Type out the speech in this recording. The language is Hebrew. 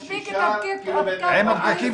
מספיק הפקק בכניסה.